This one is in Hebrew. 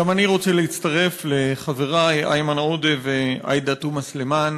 גם אני רוצה להצטרף לחברי איימן עודה ועאידה תומא סלימאן